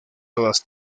todas